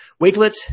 wakelet